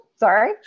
Sorry